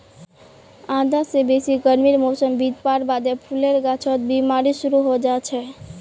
आधा स बेसी गर्मीर मौसम बितवार बादे फूलेर गाछत बिमारी शुरू हैं जाछेक